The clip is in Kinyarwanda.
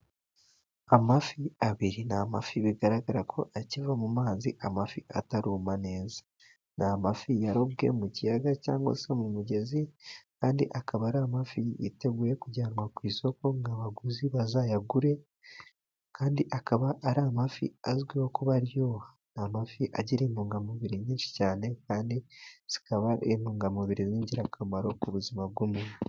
Amafi abiri ni amafi bigaragara ko akiva mu mazi, amafi ataruma neza ni amafi yarobwe mu kiyaga cyangwa se mu mugezi, kandi akaba ari amafi yiteguye kujyanwa ku isoko ngo abaguzi bazayagure, kandi akaba ari amafi azwiho kuba aryoha. Ni amafi agira intungamubiri nyinshi cyane, kandi zikaba ari intungamubiri z'ingirakamaro ku buzima bw'umuntu.